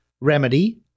remedy